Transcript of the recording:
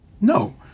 No